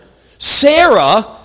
Sarah